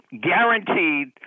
guaranteed